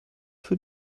für